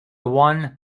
one